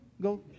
go